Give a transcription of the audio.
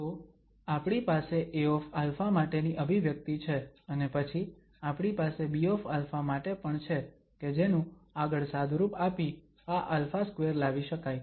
તો આપણી પાસે Aα માટેની અભિવ્યક્તી છે અને પછી આપણી પાસે Bα માટે પણ છે કે જેનુ આગળ સાદુરૂપ આપી આ α2 લાવી શકાય